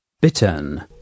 Bittern